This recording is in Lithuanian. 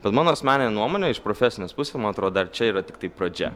dėl mano asmenine nuomone iš profesinės pusės man atrodo dar čia yra tiktai pradžia